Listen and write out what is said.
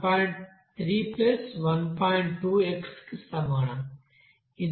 2x కి సమానం